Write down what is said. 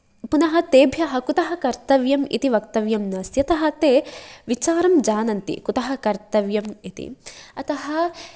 पुनः तेभ्यः कुतः कर्तव्यम् इति वक्तव्यं नास्ति यतः ते विचारं जानन्ति कुतः कर्तव्यम् इति अतः